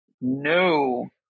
No